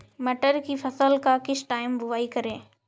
मटर की फसल का किस टाइम बुवाई करें?